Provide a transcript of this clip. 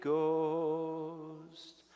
Ghost